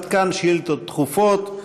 עד כאן שאילתות דחופות.